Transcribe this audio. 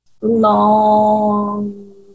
long